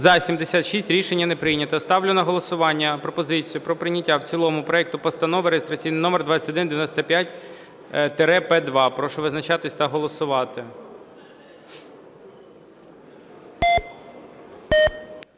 За-76 Рішення не прийнято. Ставлю на голосування пропозицію про прийняття в цілому проекту Постанови реєстраційний номер 2195-П2. Прошу визначатись та голосувати.